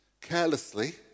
carelessly